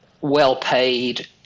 well-paid